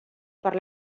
per